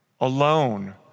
alone